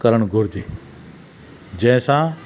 करणु घुरिजे जंहिं सां